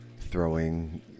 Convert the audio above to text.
throwing